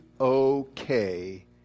okay